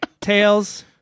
Tails